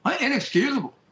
inexcusable